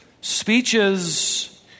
speeches